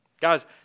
guys